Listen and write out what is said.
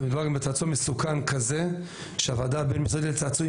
ומדובר גם בצעצוע מסוכן כזה שהוועדה הבין-משרדית לצעצועים